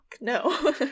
No